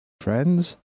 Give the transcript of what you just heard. friends